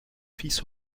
fils